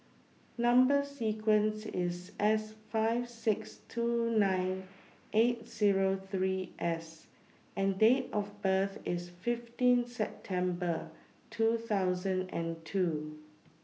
Number sequence IS S five six two nine eight Zero three S and Date of birth IS fifteen September two thousand and two